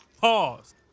Pause